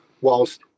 whilst